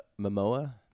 Momoa